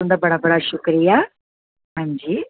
तुंदा बड़ा बड़ा शुक्रिया हांजी